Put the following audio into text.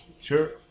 Sure